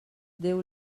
deu